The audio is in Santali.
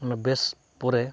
ᱚᱱᱟ ᱵᱮᱥ ᱯᱚᱨᱮ